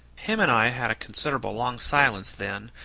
him and i had a considerable long silence, then,